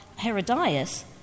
Herodias